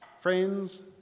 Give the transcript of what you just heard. friends